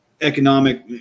economic